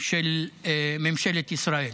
של ממשלת ישראל.